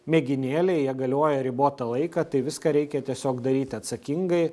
mėginėliai jie galioja ribotą laiką tai viską reikia tiesiog daryti atsakingai